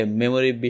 memory